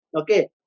okay